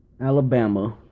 Alabama